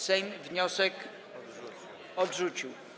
Sejm wniosek odrzucił.